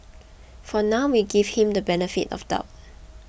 for now we give him the benefit of doubt